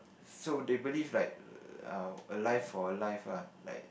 so they believe like err a life for a life ah like